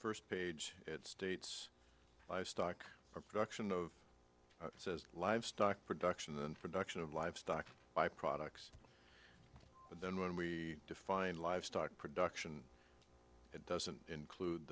first page it states livestock production of says livestock production and production of livestock by products but then when we define livestock production it doesn't include